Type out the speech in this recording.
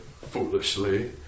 foolishly